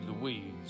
Louise